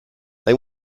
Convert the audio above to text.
they